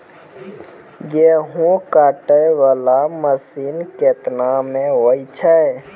गेहूँ काटै वाला मसीन केतना मे होय छै?